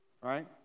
Right